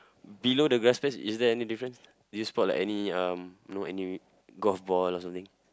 below the best place is there any difference did you spot like any um no any golf ball or something